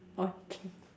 okay